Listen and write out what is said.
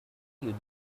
you